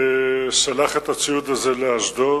ששלח את הציוד הזה לאשדוד